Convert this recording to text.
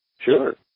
Sure